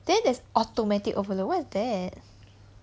then there's automatic overload what is that